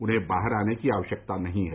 उन्हें बाहर आने की आवश्यकता नहीं है